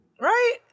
Right